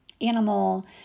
animal